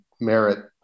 merit